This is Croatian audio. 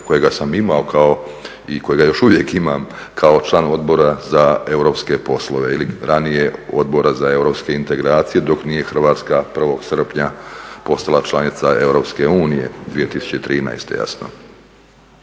kojega sam imao i kojega još uvijek imam kao član Odbora za europske poslove ili ranije Odbora za europske integracije dok nije Hrvatska 1. srpnja postala članica EU 2013.